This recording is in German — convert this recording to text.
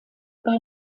bei